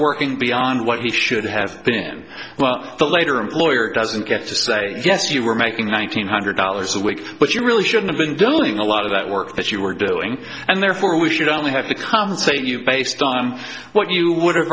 beyond what he should have been well the later employer doesn't get to say yes you were making one thousand eight hundred dollars a week but you really should have been doing a lot of that work that you were doing and therefore we should only have to compensate you based on what you would have